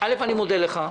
אני מודה לך.